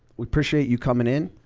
we appreciate you coming in,